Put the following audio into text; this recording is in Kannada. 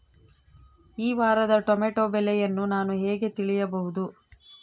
ಈ ವಾರದ ಟೊಮೆಟೊ ಬೆಲೆಯನ್ನು ನಾನು ಹೇಗೆ ತಿಳಿಯಬಹುದು?